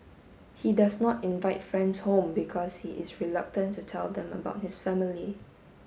he does not invite friends home because he is reluctant to tell them about his family